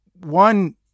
one